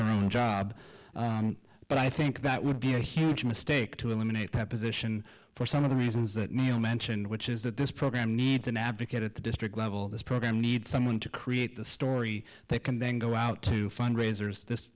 term job but i think that would be a huge mistake to eliminate that position for some of the reasons that my own mentioned which is that this program needs an advocate at the district level this program needs someone to create the story they can then go out to fundraisers this